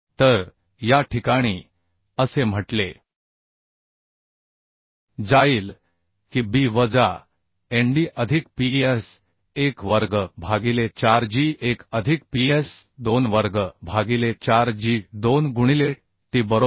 तर या ठिकाणी असे म्हटले जाईल की b वजा nd अधिक ps1 वर्ग भागिले 4 g1 अधिक ps2 वर्ग भागिले 4 g2 गुणिले t बरोबर